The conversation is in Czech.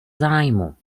zájmu